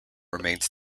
remains